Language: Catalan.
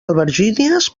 albergínies